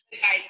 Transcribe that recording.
Guys